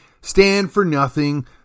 stand-for-nothing